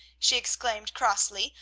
she exclaimed crossly,